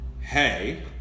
Hey